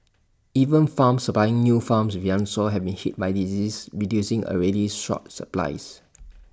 even farms supplying new farms with young sows have been hit by diseases reducing already short supplies